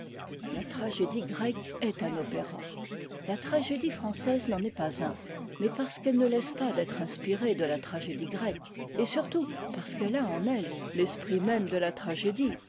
la tragédie grecque est un opéra la tragédie française n'en est pas un mais parce qu'elle ne laisse pas d'être inspirée de la tragédie grecque et surtout parce qu'elle a en elle l'esprit même de la tragédie